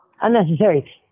Unnecessary